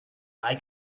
eye